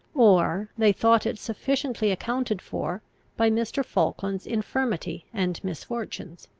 or they thought it sufficiently accounted for by mr. falkland's infirmity and misfortunes.